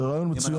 זה רעיון מצוין.